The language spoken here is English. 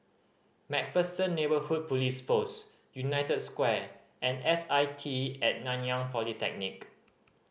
Macpherson Neighbourhood Police Post United Square and S I T At Nanyang Polytechnic